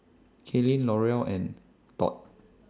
Kathlene Laurel and Tod